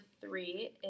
three